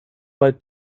bei